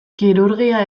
kirurgia